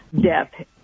death